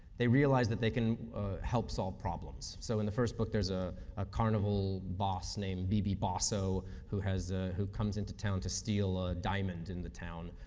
they realize that they can help solve problems. so, in the first book there's ah a carnival boss named b b. bosso, who has who comes into town to steal a diamond in the town,